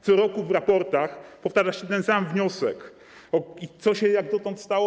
Co roku w raportach powtarza się ten sam wniosek i co się jak dotąd stało?